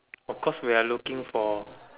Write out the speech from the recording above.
of course we are looking for